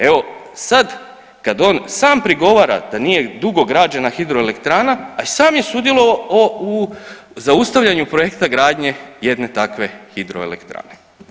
Evo sad kad on sam prigovara da nije dugo građena hidroelektrana, a i sam je sudjelovao u zaustavljanju projekta gradnje jedne takve hidroelektrane.